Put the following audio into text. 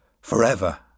forever